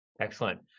excellent